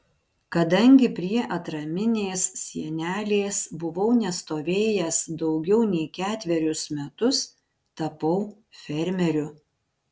kadangi prie atraminės sienelės buvau nestovėjęs daugiau nei ketverius metus tapau fermeriu